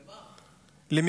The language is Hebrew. למה?